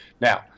Now